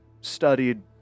studied